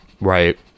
Right